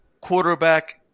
quarterback